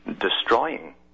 destroying